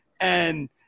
and-